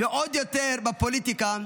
ועוד יותר בפוליטיקה: